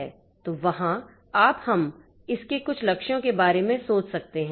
तो वहाँ आप हम इसके कुछ लक्ष्यों के बारे में सोच सकते हैं